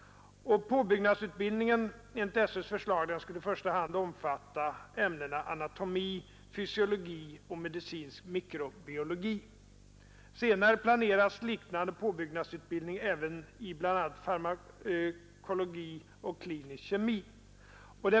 Påbyggnadsutbildningen enligt skolöverstyrelsens förslag skulle i första hand omfatta ämnena anatomi, fysiologi och medicinsk mikrobiologi. Senare planeras liknande påbyggnadsutbildning även i bl.a. farmakologi och klinisk kemi.